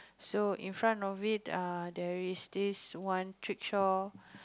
so in front of it err there is this one trishaw